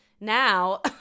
Now